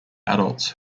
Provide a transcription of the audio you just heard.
adults